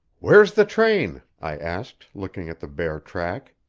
where's the train? i asked, looking at the bare track.